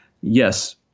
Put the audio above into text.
yes